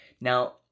Now